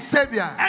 Savior